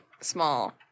small